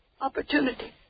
Opportunity